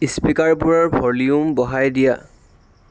ইস্পীকাৰবোৰৰ volume বঢ়াই দিয়া